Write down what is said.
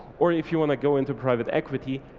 or if you want to go into private equity,